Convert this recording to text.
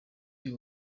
y’u